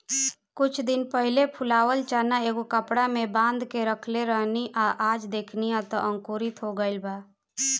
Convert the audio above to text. कुछ दिन पहिले फुलावल चना एगो कपड़ा में बांध के रखले रहनी आ आज देखनी त अंकुरित हो गइल बा